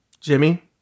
Jimmy